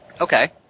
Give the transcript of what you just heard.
Okay